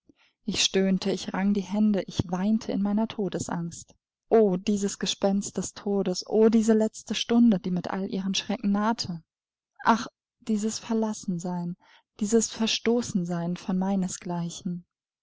ich stöhnte ich rang die hände ich weinte in meiner todesangst o dieses gespenst des todes o diese letzte stunde die mit all ihren schrecken nahte ach dieses verlassensein dieses verstoßensein von meines